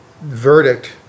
verdict